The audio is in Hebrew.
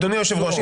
אדוני היושב-ראש,